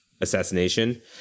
assassination